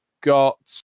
got